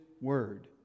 word